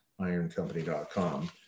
ironcompany.com